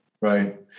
Right